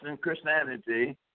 Christianity